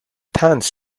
thanks